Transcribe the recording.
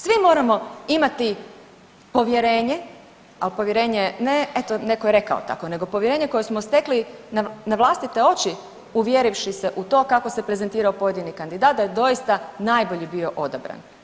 Svi moramo imati povjerenje, ali povjerenje ne, eto, netko je rekao tako, nego povjerenje koje smo stekli na vlastite oči uvjerivši se u to kako se prezentirao pojedini kandidat, da je doista najbolji bio odabran.